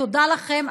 תודה לכם,